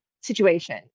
situation